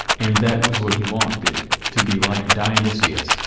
and that was what he wanted, to be like dionysius,